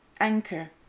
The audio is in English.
Anchor